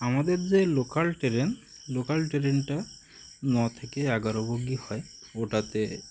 আমাদের যে local train local ট্রেনটা ন থেকে এগারো বোগি হয় ওটাতে